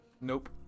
nope